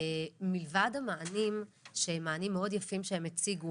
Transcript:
מלבד המענים שהם מענים מאוד יפים שהם הציגו